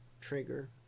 trigger